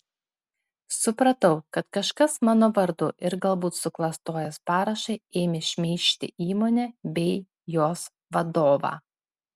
supratau kad kažkas mano vardu ir galbūt suklastojęs parašą ėmė šmeižti įmonę bei jos vadovą